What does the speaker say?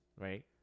right